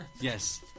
Yes